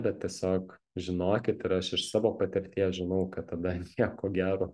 bet tiesiog žinokit ir aš iš savo patirties žinau kad tada nieko gero